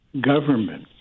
government